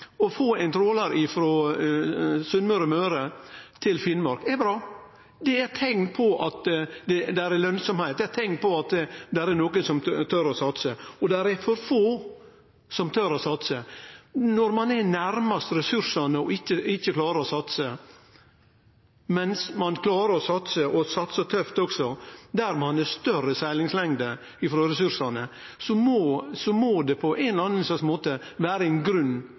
å få ein trålar frå Møre til Finnmark er bra. Det er eit teikn på at det er lønsemd, det er teikn på at det er nokon som tør å satse. Det er for få som tør å satse. Når ein er nærast ressursane og ikkje klarar å satse, mens ein klarer å satse – og satsar tøft også – der ein er større seglingslengde frå ressursane, så må det på ein eller annan slags måte vere ein grunn